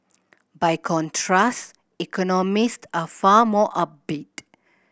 by contrast economist are far more upbeat